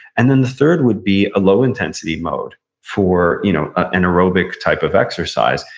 and then the third would be a low intensity mode for you know an aerobic type of exercise,